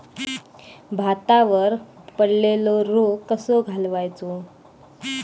भातावर पडलेलो रोग कसो घालवायचो?